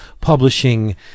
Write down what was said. Publishing